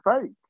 fake